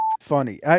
funny